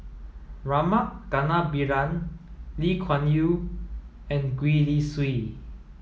Rama Kannabiran Lee Kuan Yew and Gwee Li Sui